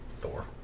Thor